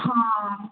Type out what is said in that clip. ਹਾਂ